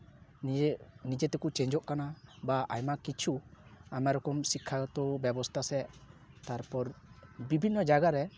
ᱱᱤᱡᱮ ᱱᱤᱡᱮ ᱛᱮᱠᱚ ᱪᱮᱧᱡᱚᱜ ᱠᱟᱱᱟ ᱵᱟ ᱟᱭᱢᱟ ᱠᱤᱪᱷᱩ ᱟᱭᱢᱟ ᱨᱚᱠᱚᱢ ᱥᱤᱠᱠᱷᱟᱜᱚᱛᱚ ᱵᱮᱵᱚᱥᱛᱷᱟ ᱥᱮ ᱛᱟᱨᱯᱚᱨ ᱵᱤᱵᱷᱤᱱᱱᱚ ᱡᱟᱭᱜᱟ ᱨᱮ